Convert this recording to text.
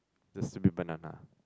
the stupid banana